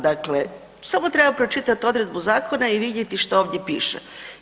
Dakle, samo treba pročitati odredbu zakona i vidjeti što ovdje piše.